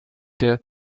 der